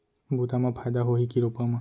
बुता म फायदा होही की रोपा म?